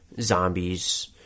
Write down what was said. Zombies